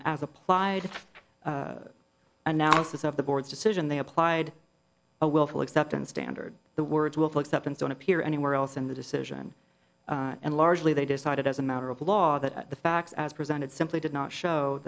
on as applied to analysis of the board's decision they applied a willful acceptance standard the words will fix up and don't appear anywhere else in the decision and largely they decided as a matter of law that the facts as presented simply did not show